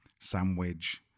sandwich